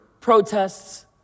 protests